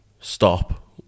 stop